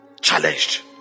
challenged